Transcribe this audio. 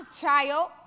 child